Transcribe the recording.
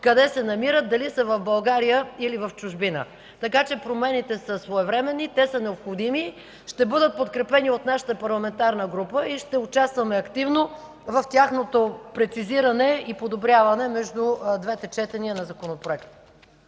къде се намират, дали са в България или в чужбина, така че промените са своевременни, те са необходими. Ще бъдат подкрепени от нашата парламентарна група и ще участваме активно в тяхното прецизиране и подобряване между двете четения на Законопроекта.